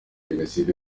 jenoside